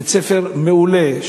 בית-ספר מעולה,